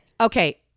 Okay